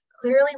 clearly